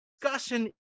discussion